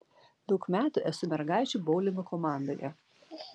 daug metų esu mergaičių boulingo komandoje